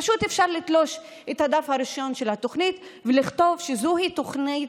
פשוט אפשר לתלוש את הדף הראשון של התוכנית ולכתוב שזוהי תוכנית